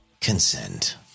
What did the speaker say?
Consent